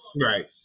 Right